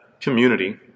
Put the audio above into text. community